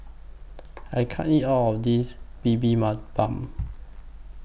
I can't eat All of This Bibimbap